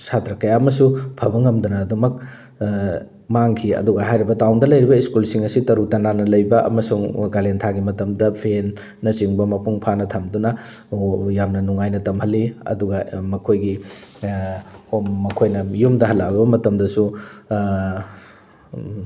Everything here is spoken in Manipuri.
ꯁꯥꯇ꯭ꯔ ꯀꯌꯥ ꯑꯃꯁꯨ ꯐꯕ ꯉꯝꯗꯅ ꯑꯗꯨꯃꯛ ꯃꯥꯡꯈꯤ ꯑꯗꯨꯒ ꯍꯥꯏꯔꯤꯕ ꯇꯥꯎꯟꯗ ꯂꯩꯔꯤꯕ ꯁ꯭ꯀꯨꯜꯁꯤꯡ ꯑꯁꯤ ꯇꯔꯨ ꯇꯅꯥꯟꯅ ꯂꯩꯕ ꯑꯃꯁꯨꯡ ꯀꯥꯂꯦꯟꯊꯥꯒꯤ ꯃꯇꯝꯗ ꯐꯦꯟꯅ ꯆꯤꯡꯕ ꯃꯄꯨꯡ ꯐꯥꯅ ꯊꯝꯗꯨꯅ ꯌꯥꯝꯅ ꯅꯨꯡꯉꯥꯏꯅ ꯇꯝꯍꯜꯂꯤ ꯑꯗꯨꯒ ꯃꯈꯣꯏꯒꯤ ꯍꯣꯝ ꯃꯈꯣꯏꯅ ꯌꯨꯝꯗ ꯍꯜꯂꯛꯑꯕ ꯃꯇꯝꯗꯁꯨ